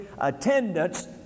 attendance